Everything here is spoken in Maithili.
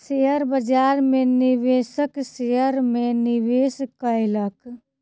शेयर बाजार में निवेशक शेयर में निवेश कयलक